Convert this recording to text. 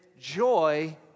joy